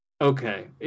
okay